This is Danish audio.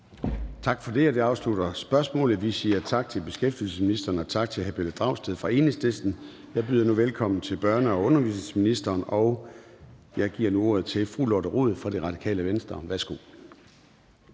Tak for det, og det afslutter spørgsmålet. Vi siger tak til beskæftigelsesministeren og tak til hr. Pelle Dragsted fra Enhedslisten. Jeg byder nu velkommen til børne- og undervisningsministeren, og jeg giver nu ordet til fru Lotte Rod fra Radikale Venstre. Værsgo.